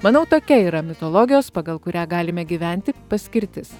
manau tokia yra mitologijos pagal kurią galime gyventi paskirtis